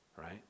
right